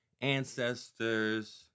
ancestors